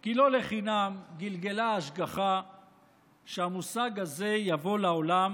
כי לא לחינם גלגלה ההשגחה שהמושג הזה יבוא לעולם